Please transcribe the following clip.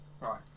Right